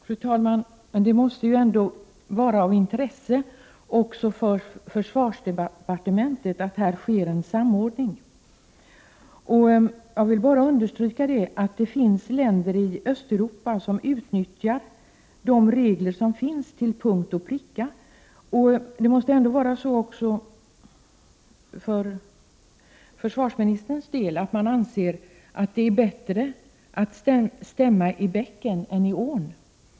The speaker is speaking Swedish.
Fru talman! Men det måste ändå vara av intresse också för försvarsdepartementet att det sker en samordning på detta område. Jag vill understryka att det finns länder i Östeuropa som till punkt och pricka utnyttjar de regler som finns. Även försvarsministern måste ju anse att det är bättre att stämma i bäcken än i ån.